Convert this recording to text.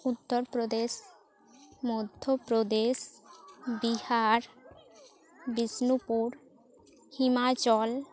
Uttar Pradesh Madhya Pradesh Bihar Bishnupur Himachal